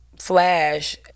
Flash